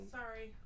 Sorry